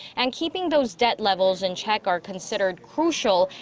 and keeping those debt levels in check are considered crucial,